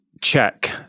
check